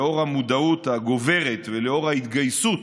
לאור המודעות הגוברת ולאור ההתגייסות